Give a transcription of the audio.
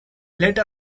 let